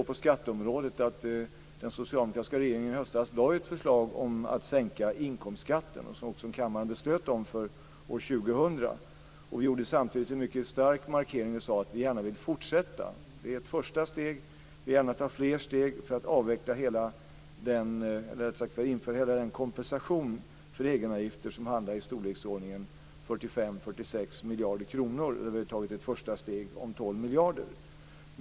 På skatteområdet lade den socialdemokratiska regeringen i höstas fram ett förslag om sänkning av inkomstskatten för år 2000, och kammaren beslöt att bifalla detta. Vi gjorde samtidigt en mycket stark markering och sade att vi gärna vill fortsätta. Detta är ett första steg, och vi vill gärna ta fler steg för att införa den kompensation för egenavgifter som hamnar i storleksordningen 45-46 miljarder kronor. Vi har nu tagit ett första steg om 12 miljarder.